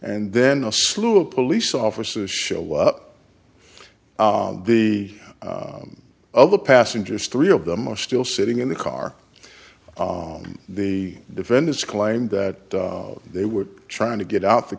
and then a slew of police officers show up the other passengers three of them are still sitting in the car on the defendant's claim that they were trying to get out the